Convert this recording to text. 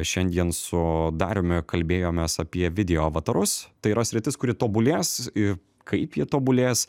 šiandien su dariumi kalbėjomės apie video avatarus tai yra sritis kuri tobulės ir kaip jie tobulės